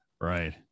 right